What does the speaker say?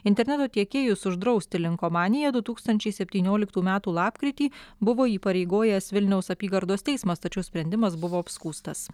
interneto tiekėjus uždrausti linkomaniją du tūkstančiai septynioliktų metų lapkritį buvo įpareigojęs vilniaus apygardos teismas tačiau sprendimas buvo apskųstas